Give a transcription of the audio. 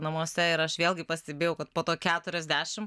namuose ir aš vėlgi pastebėjau kad po to keturiasdešim